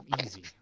Easy